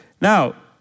now